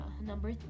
Number